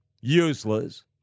useless